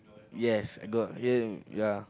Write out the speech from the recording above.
yes got yes ya